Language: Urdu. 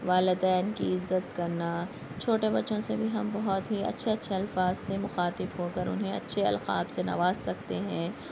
والدین کی عزت کرنا چھوٹے بچوں سے بھی ہم بہت ہی اچھے اچھے الفاظ سے مخاطب ہو کر انہیں اچھے القاب سے نواز سکتے ہیں